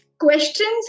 Questions